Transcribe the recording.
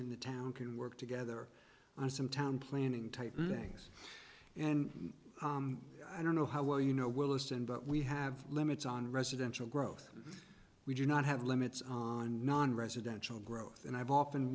in the town can work together on some town planning type meetings and i don't know how well you know we'll listen but we have limits on residential growth we do not have limits on nonresidential growth and i've often